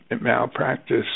malpractice